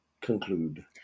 conclude